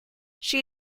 she